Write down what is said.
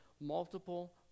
multiple